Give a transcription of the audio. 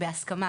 או בהסכמה,